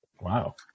Wow